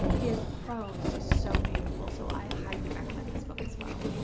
his prose is so beautiful. so i highly recommend this book as well.